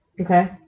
Okay